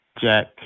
Jack